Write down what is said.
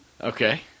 Okay